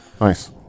Nice